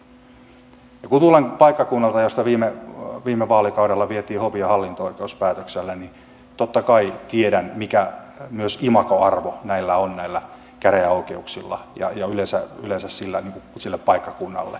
ja kun tulen paikkakunnalta josta viime vaalikaudella vietiin hovi ja hallinto oikeus niin totta kai tiedän mikä imagoarvo näillä käräjäoikeuksilla myös on yleensä sille paikkakunnalle